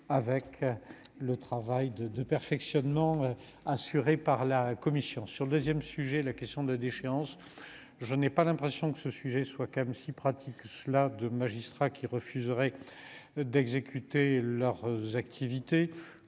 avec le travail de de perfectionnement assuré par la Commission sur le 2ème sujet : la question de la déchéance, je n'ai pas l'impression que ce sujet soit comme si pratique cela de magistrats qui refuseraient d'exécuter leurs activités